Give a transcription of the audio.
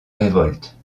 révolte